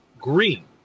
Green